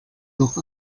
noch